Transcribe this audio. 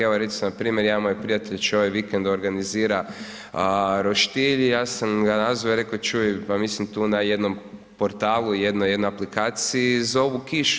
Evo, recimo, npr. jedan moj prijatelj će ovaj vikend, organizira roštilj i ja sam ga nazvao i rekao čuj, pa mislim tu na jedno portalu, jedna je aplikaciji, zovu kišu.